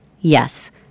Yes